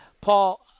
Paul